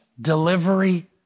delivery